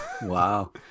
Wow